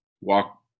Walk